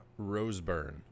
Roseburn